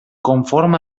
conforma